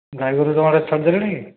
ଗାଈଗୋରୁ ତୁମର ଆଡ଼େ ଛାଡ଼ି ଦେଲେନି କି